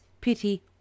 pity